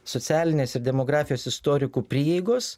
socialinės ir demografijos istorikų prieigos